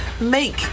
make